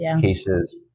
cases